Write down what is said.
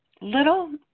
little